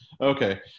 Okay